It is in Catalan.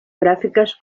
gràfiques